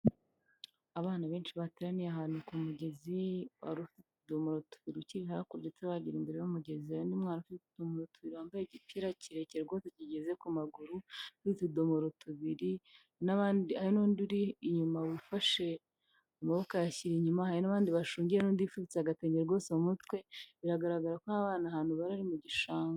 Abana benshi bateraniye ahantu ku mugezi wari ufite udumoro tubiri uki hakurya bagira imbere bamu' bamugera nitwarambaye igikira kirereke ubwo tukigeze ku maguru n'utudoboro tubiridi n'undi uri inyuma wifashe ama ukayashyira inyuma hari n'abandi bashungiye n'u undindifutsa agatanya rwose mu mutwe biragaragara ko bana ahantu bari mu gishanga.